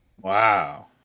Wow